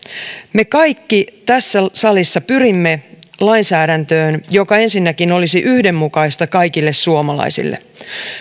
me kaikki tässä salissa pyrimme lainsäädäntöön joka ensinnäkin olisi yhdenmukaista kaikille suomalaisille